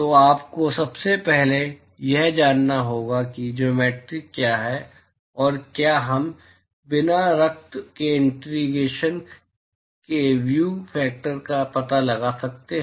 तो आपको सबसे पहले यह जानना होगा कि ज्योमेट्रि क्या है और क्या हम बिना रक्त के इंटीग्रेशन के व्यू फैक्टर्स का पता लगा सकते हैं